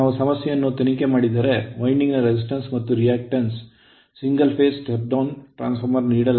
ನಾವು ಸಮಸ್ಯೆಯನ್ನು ತನಿಖೆ ಮಾಡಿದರೆ ವೈಂಡಿಂಗ್ ನ resistance ಮತ್ತು reactance ಯೊಂದಿಗೆ ಒಂದೇ single phase step down transform ನೀಡಲಾಗಿದೆ